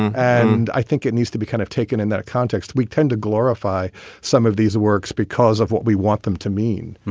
and i think it needs to be kind of taken in that context. we tend to glorify some of these works because of what we want them to mean.